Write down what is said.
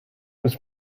was